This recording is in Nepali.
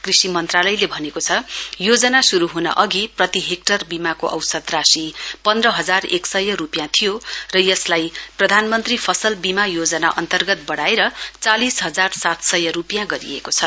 कृषि मन्त्रालयले भनेको छ योजना श्रूहन अधि प्रति हेक्टर बीमाको औसत राशि पन्ध्र हजार एक सय रूपियाँ थियो र यसलाई प्रधानमन्त्री फसल बीमा योजना अन्तर्गत बढाएर चालिस हजार सात सय रूपियाँ गरिएको छ